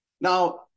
Now